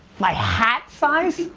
my hat size?